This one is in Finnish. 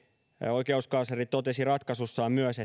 oikeuskansleri viittasi ratkaisussaan myös